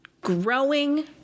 growing